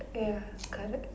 ya correct